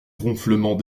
ronflements